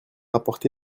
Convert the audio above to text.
apporté